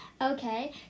Okay